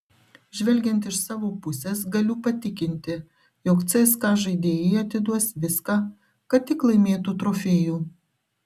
žvelgiant iš savo pusės galiu patikinti jog cska žaidėjai atiduos viską kad tik laimėtų trofėjų